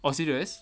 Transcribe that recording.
oh serious